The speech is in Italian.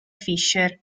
fisher